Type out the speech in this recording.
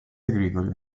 agricoli